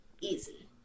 Easy